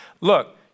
look